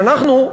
שאנחנו,